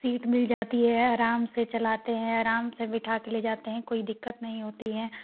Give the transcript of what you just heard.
seat मिल जाती है आराम से चलाते हैं आराम से बिठा कर ले जाते हैं कोई दिक्कत नहीं होती है